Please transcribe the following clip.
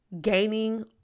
gaining